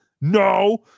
No